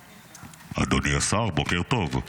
אדוני השר, בוקר טוב.